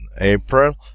April